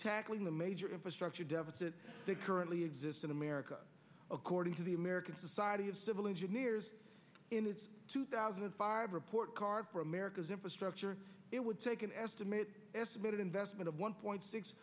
tackling the major infrastructure deficit that currently exist in america according to the american society of civil engineers in its two thousand and five report card for america's infrastructure it would take an estimated estimated investment of one point six